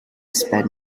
spend